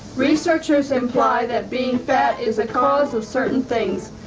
researchers imply that being fat is a cause of certain things,